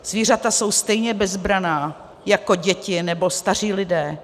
Zvířata jsou stejně bezbranná jako děti nebo staří lidé.